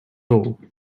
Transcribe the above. all